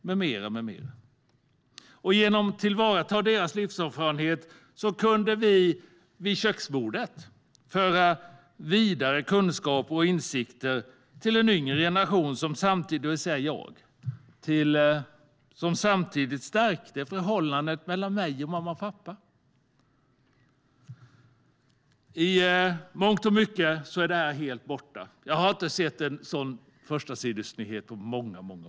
Genom att ta till vara deras livserfarenhet kunde man vid köksbordet föra vidare kunskaper och insikter till en yngre generation, det vill säga till mig, vilket samtidigt stärkte förhållandet mellan mig och mamma och pappa. I mångt och mycket är detta helt borta. Jag har inte sett en sådan förstasidesnyhet på många år.